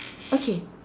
okay